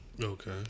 Okay